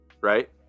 Right